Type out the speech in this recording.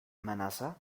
manassa